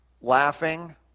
laughing